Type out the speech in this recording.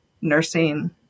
Nursing